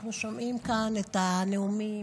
אנחנו שומעים כאן את הנאומים,